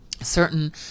certain